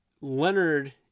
Leonard